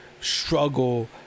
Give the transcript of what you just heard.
struggle